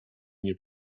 nie